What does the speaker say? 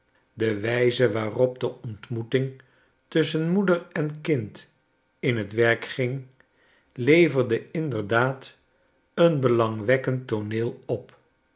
de wijze waarop de ontmoeting tusschen moeder en kind in t werk ging leverde inderdaad een belangwekkend tooneel op